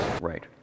right